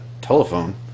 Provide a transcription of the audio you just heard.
telephone